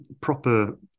proper